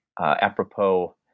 apropos